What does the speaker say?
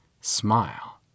smile